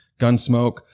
Gunsmoke